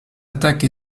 attaque